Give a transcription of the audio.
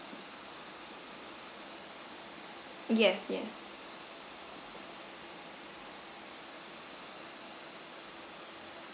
yes yes